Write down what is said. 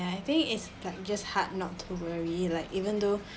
ya I think it's like just hard not to worry like even though